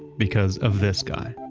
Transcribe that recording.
because of this guy.